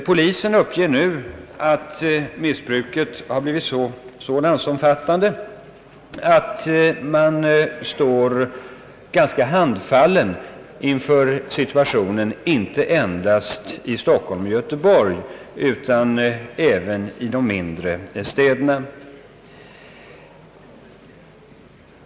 Polisen uppger nu att missbruket har blivit så landsomfattande att man står ganska handfallen inför situationen inte endast i Stockholm och Göteborg utan även i de mindre städerna.